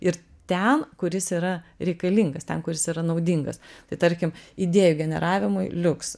ir ten kur jis yra reikalingas ten kur jis yra naudingas tai tarkim idėjų generavimui liuks